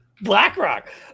BlackRock